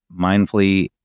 mindfully